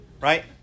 Right